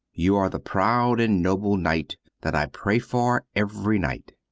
you are the proud and noble knight that i pray for every night.